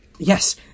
Yes